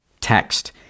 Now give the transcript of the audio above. text